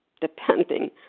depending